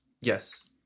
Yes